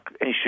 issue